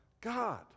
god